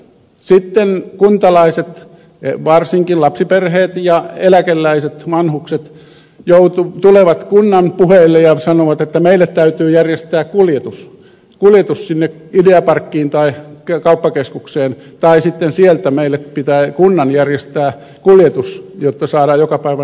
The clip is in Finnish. sitten kuntalaiset varsinkin lapsiperheet ja eläkeläiset vanhukset tulevat kunnan puheille ja sanovat että meille täytyy järjestää kuljetus sinne ideaparkkiin tai kauppakeskukseen tai sitten sieltä meille pitää kunnan järjestää kuljetus jotta saadaan jokapäiväinen ruoka